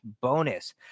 bonus